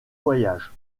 voyage